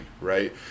right